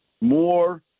more